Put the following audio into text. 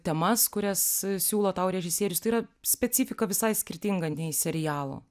temas kurias siūlo tau režisierius tai yra specifika visai skirtinga nei serialo